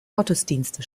gottesdienste